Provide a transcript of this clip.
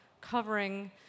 covering